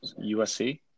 USC